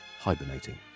hibernating